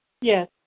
Yes